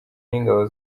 n’ingabo